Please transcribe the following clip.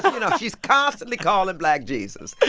ah you know, she's constantly calling black jesus.